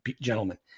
gentlemen